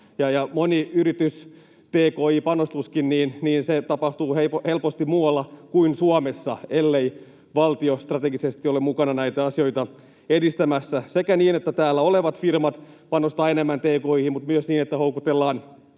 monen yrityksen tki-panostuskin tapahtuu helposti muualla kuin Suomessa, ellei valtio strategisesti ole mukana näitä asioita edistämässä sekä niin, että täällä olevat firmat panostavat enemmän tki:hin, että myös niin, että houkutellaan